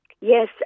Yes